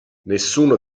nessuno